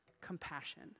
Compassion